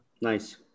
Nice